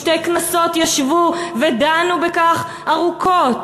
שתי כנסות ישבו ודנו בכך ארוכות,